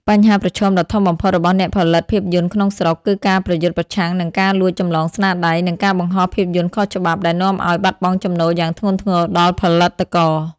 បញ្ហាប្រឈមដ៏ធំបំផុតរបស់អ្នកផលិតភាពយន្តក្នុងស្រុក គឺការប្រយុទ្ធប្រឆាំងនឹងការលួចចម្លងស្នាដៃ និងការបង្ហោះភាពយន្តខុសច្បាប់ដែលនាំឱ្យបាត់បង់ចំណូលយ៉ាងធ្ងន់ធ្ងរដល់ផលិតករ។